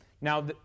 Now